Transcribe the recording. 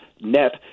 net